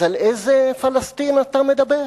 אז על איזו פלסטין אתה מדבר?